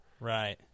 Right